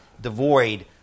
devoid